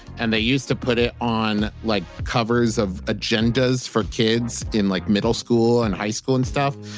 and they used to put it on like covers of agendas for kids in like middle school and high school and stuff.